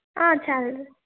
చాలు